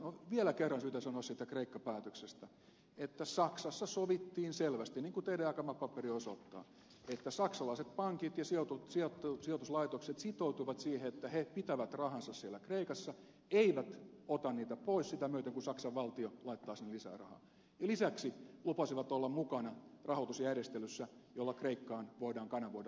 on vielä kerran syytä sanoa siitä kreikka päätöksestä että saksassa sovittiin selvästi niin kuin teidän jakamanne paperi osoittaa että saksalaiset pankit ja sijoituslaitokset sitoutuivat siihen että he pitävät rahansa siellä kreikassa eivät ota niitä pois sitä myöten kun saksan valtio laittaa sinne lisää rahaa ja lisäksi lupasivat olla mukana rahoitusjärjestelyssä jolla kreikkaan voidaan kanavoida lisää tukea